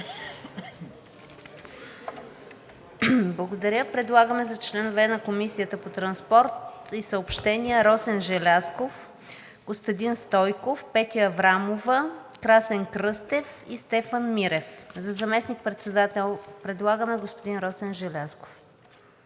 Благодаря. Предлагаме за членове на Комисията по транспорт и съобщения Росен Желязков, Костадин Стойков, Петя Аврамова, Красен Кръстев и Стефан Мирев. За заместник-председател предлагаме господин Росен Желязков.